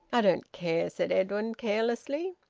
i don't care, said edwin carelessly.